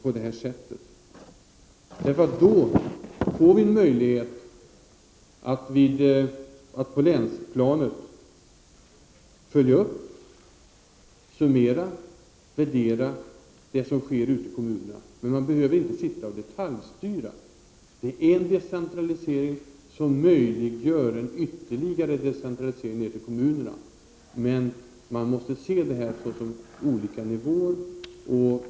I och med detta får vi en möjlighet att på länsplanet följa upp, summera och värdera det som sker ute i kommunerna. Vi behöver inte detaljstyra. Detta är en decentralisering som möjliggör en ytterligare decentralisering ner till kommunerna. Men man måste se detta såsom olika nivåer.